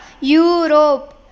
Europe